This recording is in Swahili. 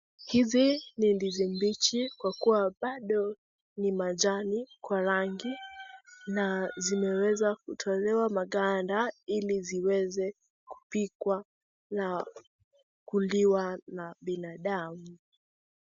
Hizi ni ndizi mbichi kwa kuwa bado ni majani kwa rangi na zinaweza kutolewa maganda ili ziweze kupikwa na kuliwa na binadamu